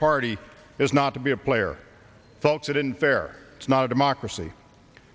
party is not to be a player thoughts it unfair it's not a democracy